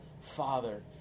Father